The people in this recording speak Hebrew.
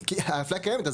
כי האפליה קיימת,